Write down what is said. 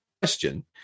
question